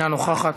אינה נוכחת.